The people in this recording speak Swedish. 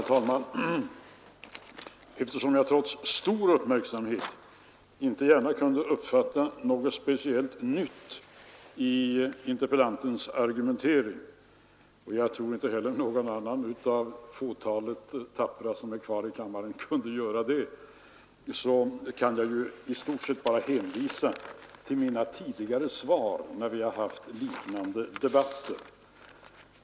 Herr talman! Eftersom jag trots stor uppmärksamhet inte gärna kunde uppfatta något speciellt nytt i interpellantens argumentering — och jag tror inte heller att någon annan av det fåtal tappra som är kvar i kammaren kunde göra det — kan jag i stort sett bara hänvisa till mina tidigare svar i liknande debatter.